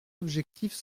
objectifs